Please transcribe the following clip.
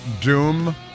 doom